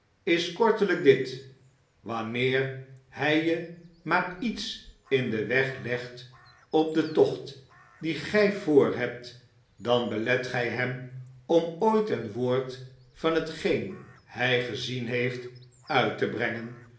is kortelijk dit wanneer hij je maar iets in den weg legt op den tocht dien gij voorhebt dan belet gij hem om ooit een woord van hetgeen hij gezien heeft uit te brengen